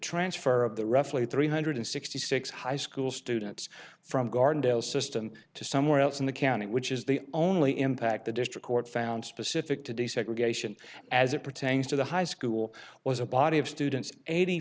transfer of the roughly three hundred sixty six high school students from gardendale system to somewhere else in the county which is the only impact the district court found specific to desegregation as it pertains to the high school was a body of students eighty